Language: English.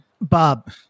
Bob